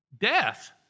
Death